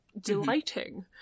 delighting